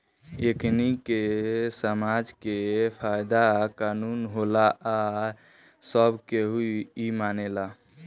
एकनि के समाज के कायदा कानून होला आ सब केहू इ मानेला